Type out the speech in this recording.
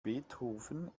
beethoven